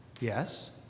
yes